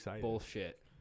bullshit